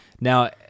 Now